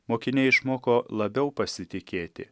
mokiniai išmoko labiau pasitikėti